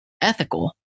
ethical